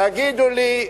תגידו לי,